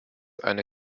eine